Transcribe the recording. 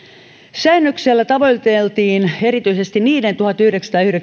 säännöksellä tavoiteltiin erityisesti niiden tuhatyhdeksänsataayhdeksänkymmentä